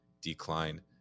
decline